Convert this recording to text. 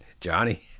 Johnny